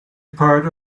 part